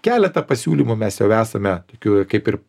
keletą pasiūlymų mes jau esame tokių kaip ir